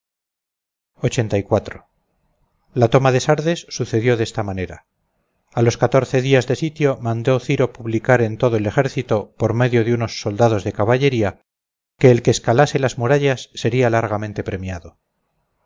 suspendieron sus preparativos la toma de sardes sucedió de esta manera a los catorce días de sitio mandó ciro anunciar a todo el ejército por medio de unos soldados de caballería que el que escalase las murallas sería generosamente premiado